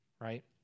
right